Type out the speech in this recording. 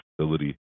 facility